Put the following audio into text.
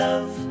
Love